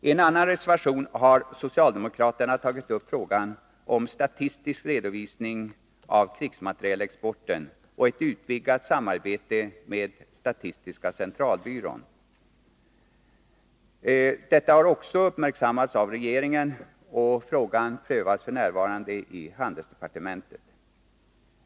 I en annan reservation har socialdemokraterna tagit upp frågan om statistisk redovisning av krigsmaterielexporten och ett utvidgat samarbete med statistiska centralbyrån. Detta har redan uppmärksammats av regeringen, och frågan prövas f. n. i handelsdepartementet.